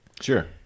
sure